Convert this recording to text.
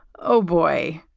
oh, boy.